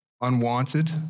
unwanted